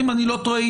אם אני לא טועה,